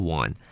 one